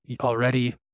already